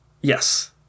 Yes